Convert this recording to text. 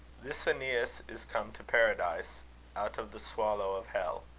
this eneas is come to paradise out of the swolowe of hell.